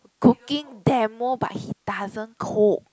cooking demo but he doesn't cook